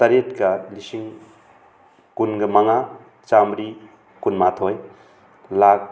ꯇꯔꯦꯠꯀ ꯂꯤꯁꯤꯡ ꯀꯨꯟꯒ ꯃꯉꯥ ꯆꯥꯝꯃꯔꯤ ꯀꯨꯟꯃꯥꯊꯣꯏ ꯂꯥꯈ